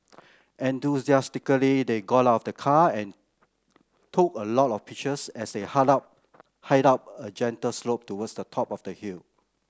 enthusiastically they got out of the car and took a lot of pictures as they up hiked up a gentle slope towards the top of the hill